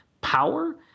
power